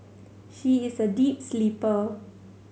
she is a deep sleeper